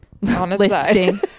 listing